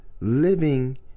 living